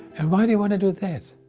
and why do you wanna do that?